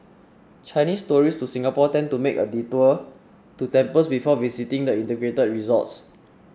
Chinese tourists to Singapore tend to make a detour to temples before visiting the integrated resorts